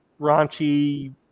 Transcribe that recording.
raunchy